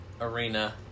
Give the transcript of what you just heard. arena